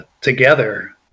together